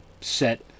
set